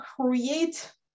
create